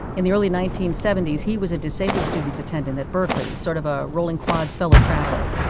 in the early nineteen seventy s he was a disabled students' attendant at berkeley sort of a rolling quads fellow traveler.